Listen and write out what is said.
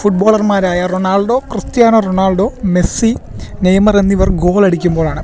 ഫുട് ബോളർമാരായ റൊണാൾഡോ ക്രിസ്ത്യാനോ റൊണാൾഡോ മെസ്സി നെയ്മർ എന്നിവർ ഗോളടിക്കുമ്പോഴാണ്